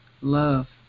love